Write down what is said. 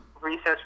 research